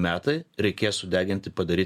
metai reikės sudeginti padaryt